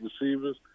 receivers